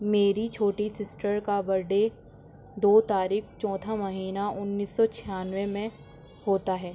میری چھوٹی سسٹر کا بر ڈے دو تاریخ چوتھا مہینہ اُنیس سو چھیانوے میں ہوتا ہے